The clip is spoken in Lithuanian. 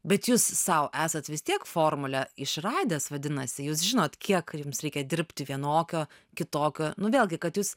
bet jūs sau esat vis tiek formulę išradęs vadinasi jūs žinot kiek jums reikia dirbti vienokio kitokio nu vėlgi kad jūs